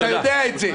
אתה יודע את זה.